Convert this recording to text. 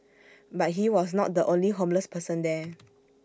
but he was not the only homeless person there